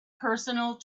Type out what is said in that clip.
personal